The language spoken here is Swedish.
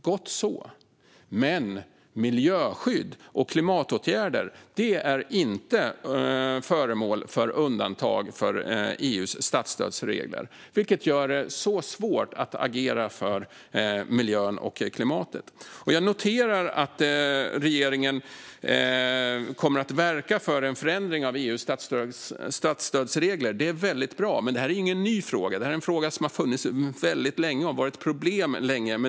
Gott så, men miljöskydd och klimatåtgärder är inte föremål för undantag från EU:s statsstödsregler, vilket gör det svårt att agera för miljön och klimatet. Jag noterar att regeringen kommer att verka för en förändring av EU:s statsstödsregler. Det är väldigt bra, men detta är ingen ny fråga. Den har funnits länge, och det har varit problem med den länge.